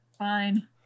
Fine